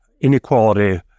inequality